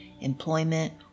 employment